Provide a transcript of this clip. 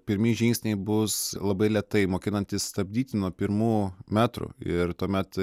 pirmi žingsniai bus labai lėtai mokinantys stabdyti nuo pirmų metrų ir tuomet